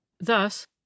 Thus